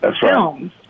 films